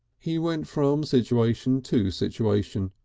he went from situation to situation,